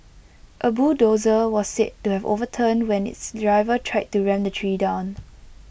A bulldozer was said to have overturned when its driver tried to ram the tree down